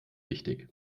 wichtig